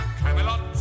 Camelot